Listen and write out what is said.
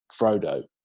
Frodo